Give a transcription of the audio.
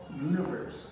universe